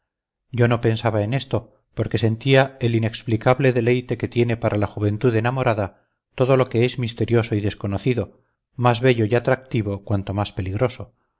yo no pensaba en esto porque sentía el inexplicable deleite que tiene para la juventud enamorada todo lo que es misterioso y desconocido más bello y atractivo cuanto más peligroso